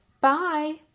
Bye